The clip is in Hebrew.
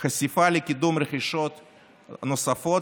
חשיפה לקידום רכישות נוספות,